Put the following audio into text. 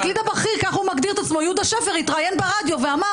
כך הוא מגדיר את עצמו יהודה שפר התראיין ברדיו ואמר